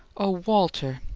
oh, walter!